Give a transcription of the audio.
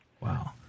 Wow